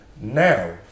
Now